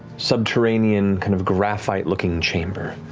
subterranean, kind of graphite-looking chamber.